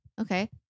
okay